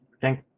Thank